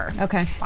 Okay